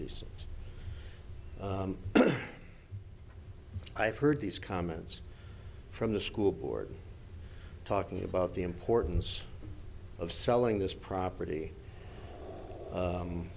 this i've heard these comments from the school board talking about the importance of selling this property